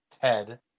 Ted